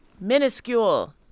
Minuscule